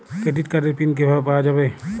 Credit কার্ডের PIN কিভাবে পাওয়া যাবে?